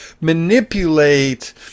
manipulate